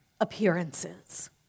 appearances